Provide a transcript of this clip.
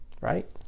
right